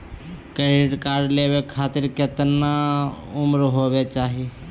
Credit card लेवे खातीर कतना उम्र होवे चाही?